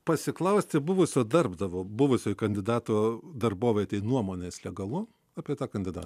pasiklausti buvusio darbdavio buvusio kandidato darbovietėje nuomonės legalu apie tą kandidatą